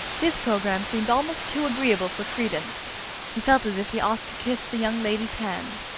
this program seemed almost too agreeable for credence he felt as if he ought to kiss the young lady's hand.